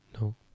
No